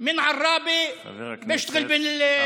(אומר בערבית: מעראבה, עובד ברהט,)